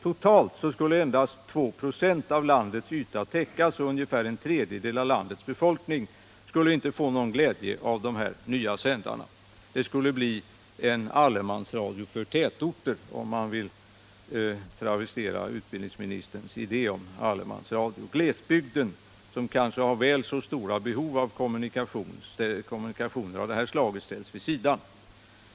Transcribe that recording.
Totalt skulle endast 2 96 av landets yta täckas, och ungefär en tredjedel av landets befolkning skulle inte få någon glädje av de nya sändarna. Det skulle bli en ”allemansradio” för tätorter, om man vill travestera utbildningsministerns idé om allemansradio. Glesbygden, som kanske har väl så stora behov av kommunikationer av det här slaget, ställs vid sidan.